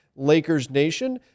LakersNation